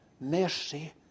Mercy